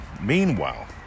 Meanwhile